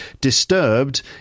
disturbed